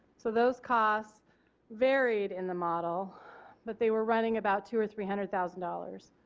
so those costs varied in the model but they were running about two or three hundred thousand dollars.